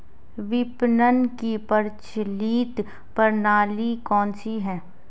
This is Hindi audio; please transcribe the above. विपणन की प्रचलित प्रणाली कौनसी है?